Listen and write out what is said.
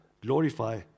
glorify